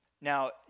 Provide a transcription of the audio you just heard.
Now